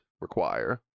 require